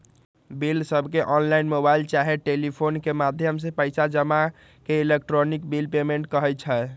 बिलसबके online, mobile चाहे telephone के माध्यम से पइसा जमा के इलेक्ट्रॉनिक बिल पेमेंट कहई छै